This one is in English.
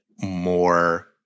more